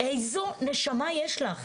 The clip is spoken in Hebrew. איזו נשמה יש לך?